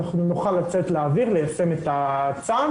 אנחנו נוכל לצאת לאוויר ליישם את הצו,